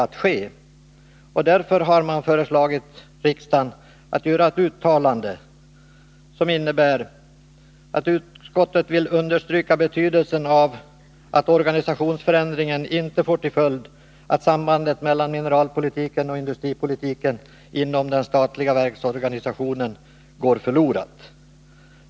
Därför har utskottsmajoriteten föreslagit att riksdagen skall göra ett uttalande som innebär att man understryker betydelsen av att organisationsförändringen inte får till följd att sambandet mellan mineralpolitiken och industripolitiken inom den statliga verksorganisationen går förlorat.